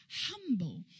humble